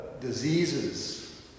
diseases